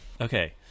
okay